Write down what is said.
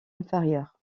inférieure